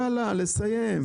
יאללה, לסיים.